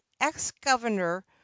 ex-governor